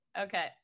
Okay